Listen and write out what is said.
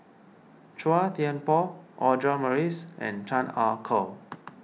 Chua Thian Poh Audra Morrice and Chan Ah Kow